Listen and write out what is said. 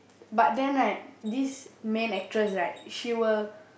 but then right this main actress right she will